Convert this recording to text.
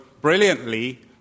brilliantly